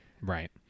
Right